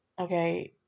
okay